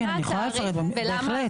כן, אני יכולה לפרט, בהחלט.